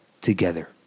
together